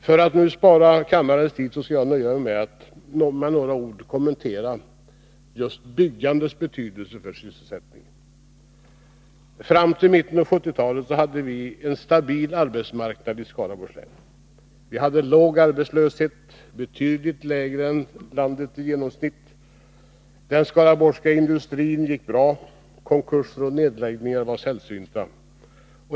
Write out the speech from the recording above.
För att nu spara kammarens tid skall jag nöja mig med att med några ord kommentera byggandets betydelse för sysselsättningen. Fram till mitten av 1970-talet hade vi en stabil arbetsmarknad i Skaraborgs län. Vi hade låg arbetslöshet, betydligt lägre än landet i genomsnitt. Den skaraborgska industrin gick bra, konkurser och nedläggningar var sällsynta.